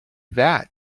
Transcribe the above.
that